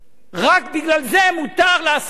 רק בגלל זה מותר לעשות כזאת פלגנות?